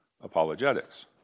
apologetics